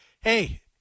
hey